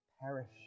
perish